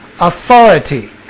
authority